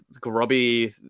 grubby